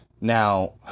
Now